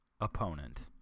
opponent